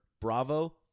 bravo